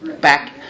back